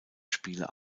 spiele